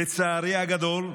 לצערי הגדול,